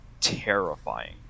terrifying